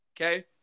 Okay